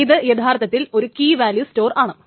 ഇത് യഥാർത്ഥത്തിൽ ഒരു കീ വാല്യൂ സ്റ്റോർ ആണ്